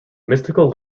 mystical